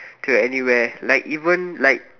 to anywhere like even like